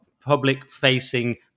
public-facing